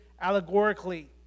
allegorically